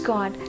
God